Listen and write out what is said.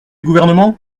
gouvernement